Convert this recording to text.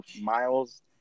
miles